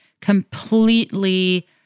completely